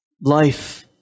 life